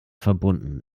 verbunden